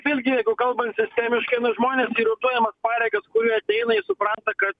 vėlgi jeigu kalbant sistemiškai na žmonės į rotuojamas pareigas kurie ateina jie supranta kad